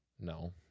no